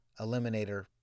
eliminator